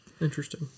Interesting